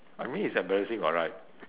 I mean it's embarrassing [what] right